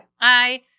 I-